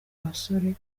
abasore